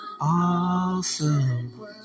awesome